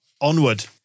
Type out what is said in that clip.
onward